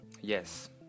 yes